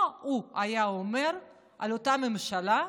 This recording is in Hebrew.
מה הוא היה אומר על אותה ממשלה?